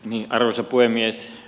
arvoisa puhemies